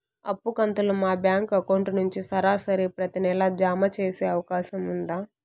అప్పు కంతులు మా బ్యాంకు అకౌంట్ నుంచి సరాసరి ప్రతి నెల జామ సేసే అవకాశం ఉందా?